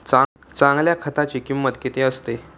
चांगल्या खताची किंमत किती असते?